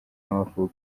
y’amavuko